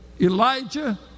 Elijah